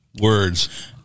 Words